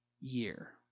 year